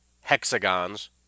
hexagons